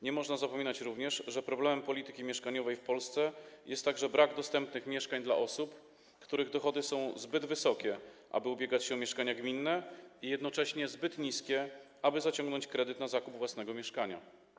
Nie można zapominać również, że problemem polityki mieszkaniowej w Polsce jest także brak dostępnych mieszkań dla osób, których dochody są zbyt wysokie, aby ubiegać się o mieszkania gminne, i jednocześnie zbyt niskie, aby zaciągnąć kredyt na zakup własnego mieszkania.